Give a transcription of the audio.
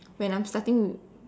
when I'm starting